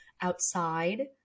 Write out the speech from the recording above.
outside